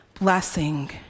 blessing